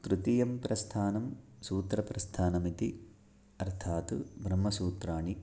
तृतीयं प्रस्थानं सूत्रप्रस्थानमिति अर्थात् ब्रह्मसूत्राणि